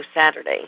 Saturday